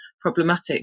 problematic